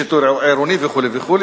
שיטור עירוני וכו' וכו'.